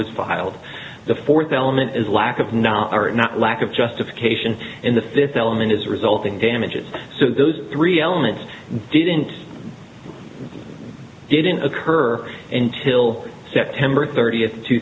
was filed the fourth element is lack of not not lack of justification in the fifth element is resulting damages so those three elements didn't didn't occur in till september thirtieth two